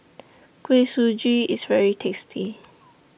Kuih Suji IS very tasty